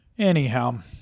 Anyhow